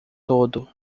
todo